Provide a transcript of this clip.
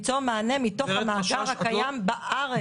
והשני למצוא מענה מתוך המאגר הקיים בארץ.